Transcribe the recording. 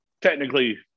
technically